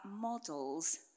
models